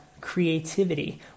creativity